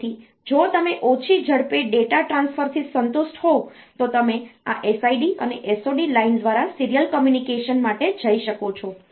તેથી જો તમે ઓછી ઝડપે ડેટા ટ્રાન્સફરથી સંતુષ્ટ હોવ તો તમે આ SID અને SOD લાઇન દ્વારા સીરીયલ કોમ્યુનિકેશન માટે જઈ શકો છો